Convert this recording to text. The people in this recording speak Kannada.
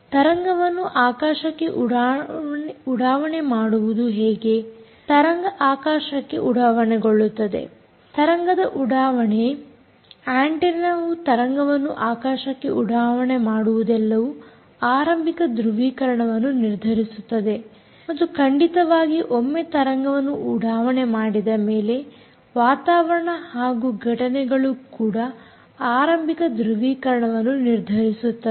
ತರಂಗವನ್ನು ಆಕಾಶಕ್ಕೆ ಉಡಾವಣೆ ಮಾಡುವುದು ಹೇಗೆ ತರಂಗ ಆಕಾಶಕ್ಕೆ ಉಡಾವಣೆಗೊಳ್ಳುತ್ತದೆ ತರಂಗದ ಉಡಾವಣೆ ಆಂಟೆನ್ನವು ತರಂಗವನ್ನು ಆಕಾಶಕ್ಕೆ ಉಡಾವಣೆ ಮಾಡುವುದೆಲ್ಲವೂ ಆರಂಭಿಕ ಧೃವೀಕರಣವನ್ನು ನಿರ್ಧರಿಸುತ್ತದೆ ಮತ್ತು ಖಂಡಿತವಾಗಿ ಒಮ್ಮೆ ತರಂಗವನ್ನು ಉಡಾವಣೆ ಮಾಡಿದಮೇಲೆ ವಾತಾವರಣ ಹಾಗೂ ಘಟನೆಗಳು ಕೂಡ ಆರಂಭಿಕ ಧೃವೀಕರಣವನ್ನು ನಿರ್ಧರಿಸುತ್ತದೆ